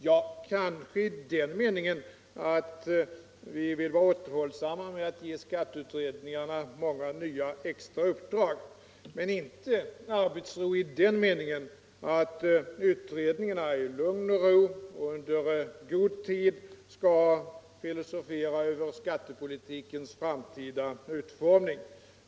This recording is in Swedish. Ja, kanske i den meningen att vi vill vara återhållsamma med att ge skatteutredningarna många nya extra uppdrag, men inte arbetsro i den meningen att utredningarna i lugn och ro och under god tid skall filosofera över skattepolitikens framtida utformning.